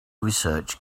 research